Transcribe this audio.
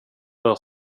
rör